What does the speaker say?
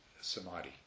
samadhi